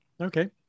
Okay